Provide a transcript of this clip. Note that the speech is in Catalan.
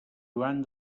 joan